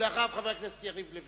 אחריו, חבר הכנסת יריב לוין.